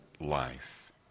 life